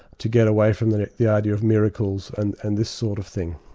to get away from the the idea of miracles and and this sort of thing.